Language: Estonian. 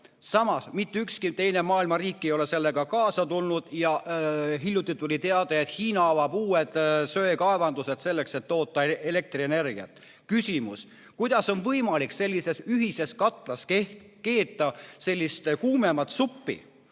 Samas, mitte ükski teine maailma riik ei ole sellega kaasa tulnud ja hiljuti tuli teade, et Hiina avab uued söekaevandused, selleks et toota elektrienergiat. Küsimus: kuidas on võimalik sellises ühises katlas keeta sellist kuumemat suppi?